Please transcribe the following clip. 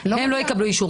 הם לא יקבלו אישור.